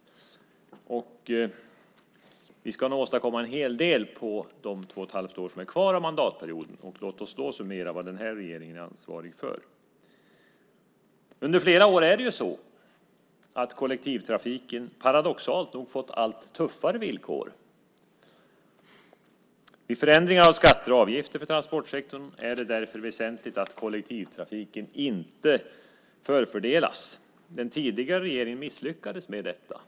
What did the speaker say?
Vi ska nog åstadkomma en hel del på de två och ett halvt år som är kvar av den här mandatperioden. Låt oss då summera vad den här regeringen är ansvarig för. Under flera år har kollektivtrafiken paradoxalt nog fått allt tuffare villkor. Vid förändringar av skatter och avgifter för transportsektorn är det därför väsentligt att kollektivtrafiken inte förfördelas. Den tidigare regeringen misslyckades med detta.